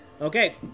Okay